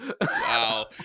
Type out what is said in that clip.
Wow